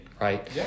right